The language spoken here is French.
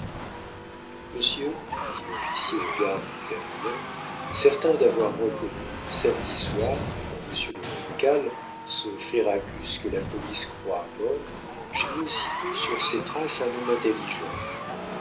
monsieur dit l'officier aux gardes en terminant certain d'avoir reconnu samedi soir dans monsieur de funcal ce ferragus que la police croit mort j'ai mis aussitôt sur ses traces un homme intelligent